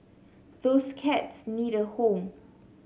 those cats need a home